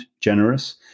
generous